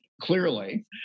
clearly